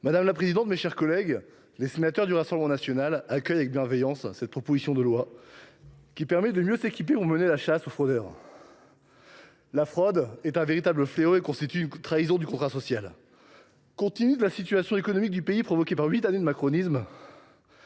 madame la ministre, mes chers collègues, les sénateurs du Rassemblement national accueillent avec bienveillance cette proposition de loi qui permet de mieux s’équiper pour mener la chasse aux fraudeurs. La fraude est un véritable fléau et constitue une trahison du contrat social. Compte tenu de la situation économique du pays provoquée par huit années de macronisme,